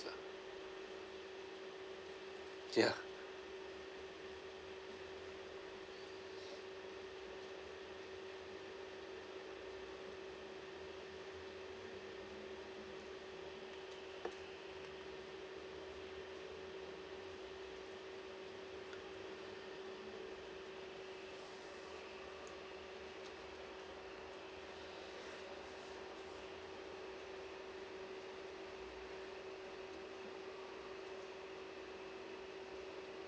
lah ya